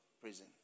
prison